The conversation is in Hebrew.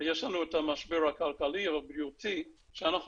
ויש לנו את המשבר הכלכלי והבריאותי שאנחנו